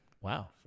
wow